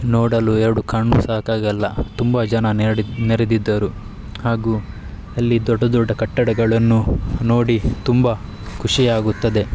ನೋಡಲು ಎರಡು ಕಣ್ಣು ಸಾಕಾಗೋಲ್ಲ ತುಂಬ ಜನ ನೆರೆದು ನೆರೆದಿದ್ದರು ಹಾಗೂ ಅಲ್ಲಿ ದೊಡ್ಡ ದೊಡ್ಡ ಕಟ್ಟಡಗಳನ್ನು ನೋಡಿ ತುಂಬ ಖುಷಿ ಆಗುತ್ತದೆ